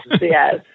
yes